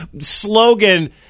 slogan